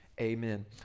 Amen